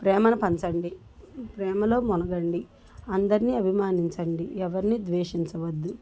ప్రేమను పంచండి ప్రేమలో మునగండి అందరిని అభిమానించండి ఎవ్వరిని ద్వేషించవద్దు